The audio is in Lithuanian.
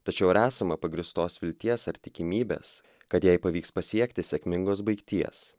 tačiau ar esama pagrįstos vilties ar tikimybės kad jei pavyks pasiekti sėkmingos baigties